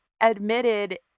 admitted